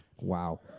Wow